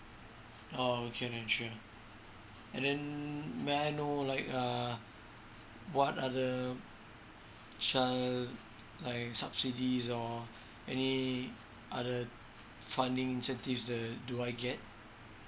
oh okay then sure and then may I know like err what are the child like subsidies or any other funding incentives the do I get